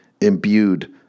imbued